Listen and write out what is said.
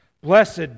Blessed